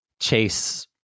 chase